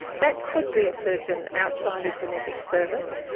that could be a surgeon outside a genetic service,